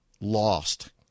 lost